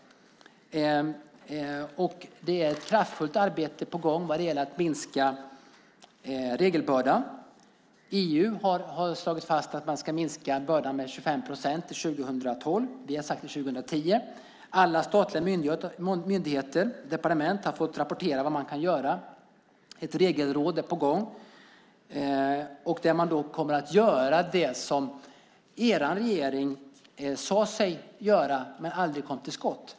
Det är ett kraftfullt arbete på gång när det gäller att minska regelbördan. EU har slagit fast att man ska minska bördan med 25 procent till 2012. Vi har sagt till 2010. Alla statliga myndigheter och departement har fått rapportera vad man kan göra. Ett regelråd är på gång. Man kommer att göra det som er regering sade sig göra, men ni kom aldrig till skott.